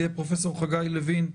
זה יהיה פרופ' חגי לוין,